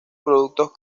productos